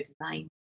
design